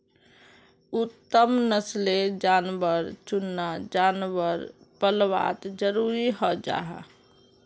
उत्तम नस्लेर जानवर चुनना जानवर पल्वात ज़रूरी हं जाहा